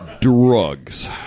Drugs